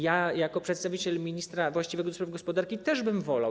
Ja jako przedstawiciel ministra właściwego do spraw gospodarki też bym wolał.